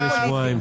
לפני שבועיים,